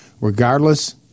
regardless